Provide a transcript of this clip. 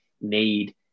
need